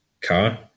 car